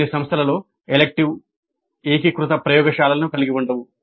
కొన్ని సంస్థలలో ఎలెక్టివ్ ఏకీకృత ప్రయోగశాలలను కలిగి ఉండవు